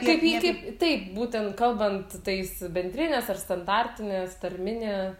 kaip ji kaip taip būten kalbant tais bendrinės ar standartinės tarminė